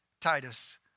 Titus